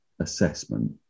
assessment